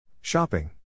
Shopping